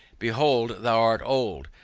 behold thou art old,